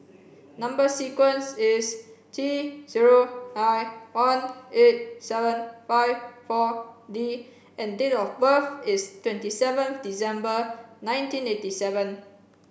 number sequence is T zero nine one eight seven five four D and date of birth is twenty seventh December nineteen eighty seven